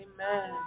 Amen